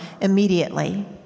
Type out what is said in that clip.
immediately